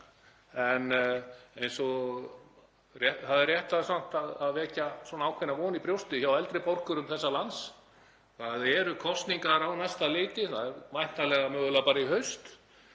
á þetta en það er rétt samt að vekja ákveðna von í brjósti hjá eldri borgurum þessa lands. Það eru kosningar á næsta leiti, það er væntanlega og mögulega í haust